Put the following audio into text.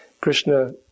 Krishna